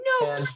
No